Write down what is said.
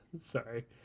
Sorry